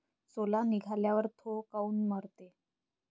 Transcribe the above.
सोला निघाल्यावर थो काऊन मरते?